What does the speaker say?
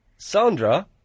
Sandra